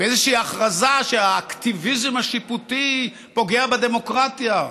באיזושהי הכרזה שהאקטיביזם השיפוטי פוגע בדמוקרטיה.